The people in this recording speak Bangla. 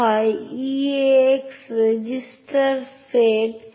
তাই ইউনিক্স সিস্টেমে এটি পরিচালনা করার জন্য একটি ছোট টেবিল রয়েছে যা রক্ষণাবেক্ষণ করা হয়